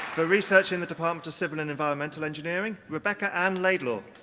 for research in the department of civil and environmental engineering, rebecca anne laidlaw.